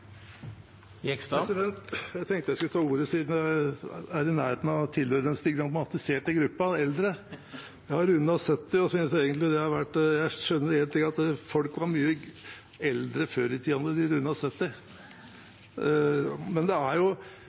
Jeg tenkte jeg skulle ta ordet siden jeg er i nærheten av å tilhøre den stigmatiserte gruppa eldre. Jeg har rundet 70, og jeg skjønner nå at folk var mye eldre når de rundet 70, før i tiden. Noe av problemet er at vi som er eldre, er mindre opptatt av alderen vår jo